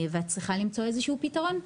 ואת צריכה למצוא פתרון מסוים,